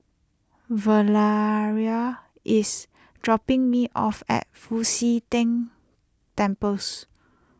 Valeria is dropping me off at Fu Xi Tang Temples